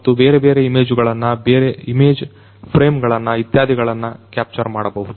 ಮತ್ತು ಬೇರೆ ಬೇರೆ ಇಮೇಜುಗಳನ್ನು ಇಮೇಜ್ ಫ್ರೆಮ್ ಗಳನ್ನ ಇತ್ಯಾದಿಗಳನ್ನು ಕ್ಯಾಪ್ಚರ್ ಮಾಡಬಹುದು